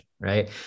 right